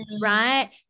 right